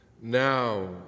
Now